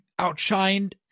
outshined